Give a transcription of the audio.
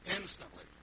instantly